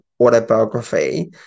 autobiography